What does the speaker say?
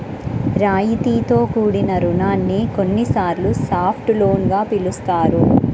రాయితీతో కూడిన రుణాన్ని కొన్నిసార్లు సాఫ్ట్ లోన్ గా పిలుస్తారు